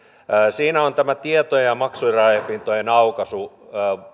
siinä on tämä tieto ja maksurajapintojen aukaisu